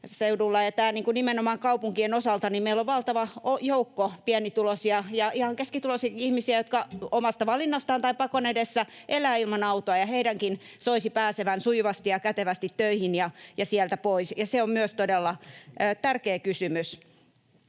nimenomaan kaupunkien osalta. Meillä on valtava joukko pienituloisia ja ihan keskituloisiakin ihmisiä, jotka omasta valinnastaan tai pakon edessä elävät ilman autoa, ja heidänkin soisi pääsevän sujuvasti ja kätevästi töihin ja sieltä pois, ja se on myös todella tärkeä kysymys.